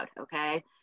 okay